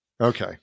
okay